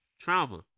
Trauma